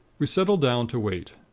we settled down to wait.